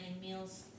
meals